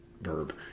verb